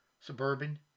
suburban